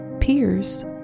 peers